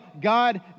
God